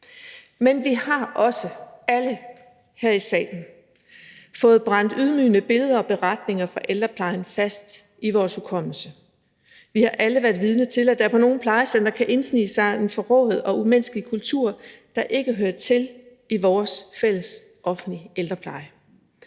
Men vi har også alle her i salen fået brændt ydmygende billeder og beretninger fra ældreplejen fast i vores hukommelse. Vi har alle været vidne til, at der på nogle plejecentre kan indsnige sig en forrået og umenneskelig kultur, der ikke hører til i vores fælles offentlige ældrepleje.